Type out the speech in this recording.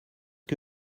que